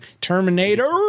Terminator